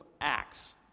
Acts